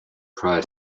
prior